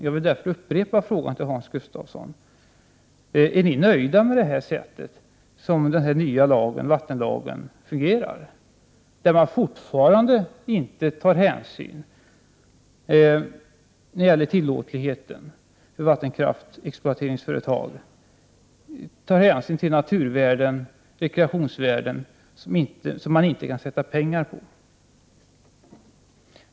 Jag vill därför upprepa den till Hans Gustafsson: Är ni nöjda med det sätt på vilket den nya vattenlagen fungerar? Är ni nöjda med att man fortfarande inte när det gäller tillåtlighetsprövningen för vattenkraftsexploateringsföretag tar hänsyn till naturvärden, rekreationsvärden, som man inte kan mäta i pengar?